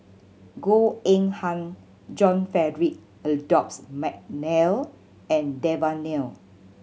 Goh Eng Han John Frederick Adolphus McNair and Devan Nair